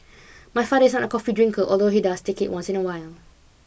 my father is an coffee drinker although he does take it once in a while